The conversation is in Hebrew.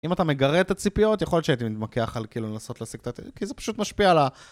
אם אתה מגרה את הציפיות, יכול להיות שהייתי מתמקח על כאילו לנסות להשיג את ה... כי זה פשוט משפיע על ה...